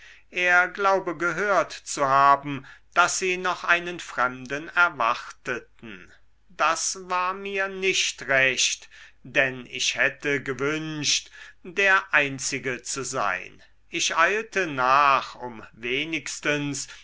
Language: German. er glaube gehört zu haben daß sie noch einen fremden erwarteten das war mir nicht recht denn ich hätte gewünscht der einzige zu sein ich eilte nach um wenigstens